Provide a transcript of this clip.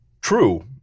True